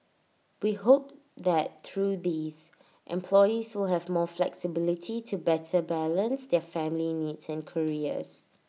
we hope that through these employees will have more flexibility to better balance their family needs and careers